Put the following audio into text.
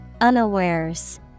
Unawares